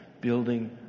building